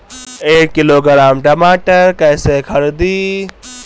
एक किलोग्राम टमाटर कैसे खरदी?